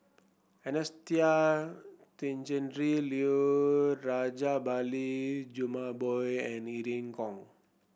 Anastasia Tjendri Liew Rajabali Jumabhoy and Irene Khong